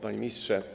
Panie Ministrze!